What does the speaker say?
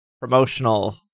promotional